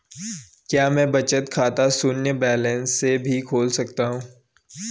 क्या मैं बचत खाता शून्य बैलेंस से भी खोल सकता हूँ?